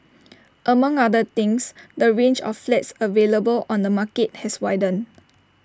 among other things the range of flats available on the market has widened